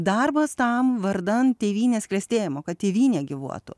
darbas tam vardan tėvynės klestėjimo kad tėvynė gyvuotų